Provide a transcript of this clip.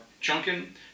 chunking